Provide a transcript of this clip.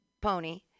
pony